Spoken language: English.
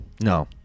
no